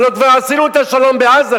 הלוא כבר עשינו את השלום בעזה,